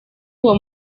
uwo